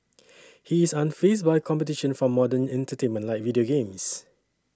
he is unfazed by competition from modern entertainment like video games